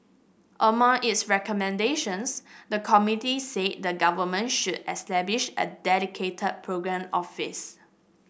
among its recommendations the committee said the Government should establish a dedicated programme office